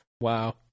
Wow